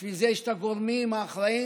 בשביל זה ישנם הגורמים האחראים,